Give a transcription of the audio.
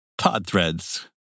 Podthreads